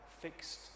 fixed